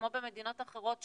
כמו במדינות אחרות,